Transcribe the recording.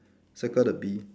circle the bee